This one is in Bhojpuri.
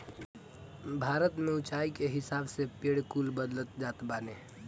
भारत में उच्चाई के हिसाब से पेड़ कुल बदलत जात बाने